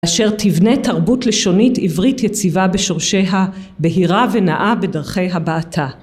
אשר תבנה תרבות לשונית עברית יציבה בשורשיה, בהירה ונאה בדרכי הבעתה.